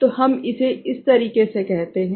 तो हम इसे इस तरीके से कहते हैं